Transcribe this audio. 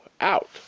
out